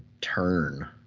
turn